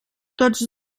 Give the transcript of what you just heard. tots